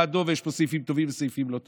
אני בעדו ויש בו סעיפים טובים וסעיפים לא טובים,